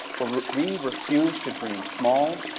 for we refuse to dream small.